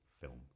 film